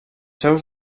seus